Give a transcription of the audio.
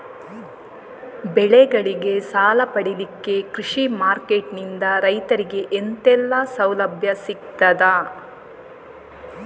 ಬೆಳೆಗಳಿಗೆ ಸಾಲ ಪಡಿಲಿಕ್ಕೆ ಕೃಷಿ ಮಾರ್ಕೆಟ್ ನಿಂದ ರೈತರಿಗೆ ಎಂತೆಲ್ಲ ಸೌಲಭ್ಯ ಸಿಗ್ತದ?